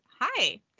hi